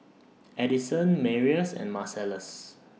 Addyson Marius and Marcellus